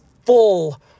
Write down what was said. full